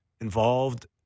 Involved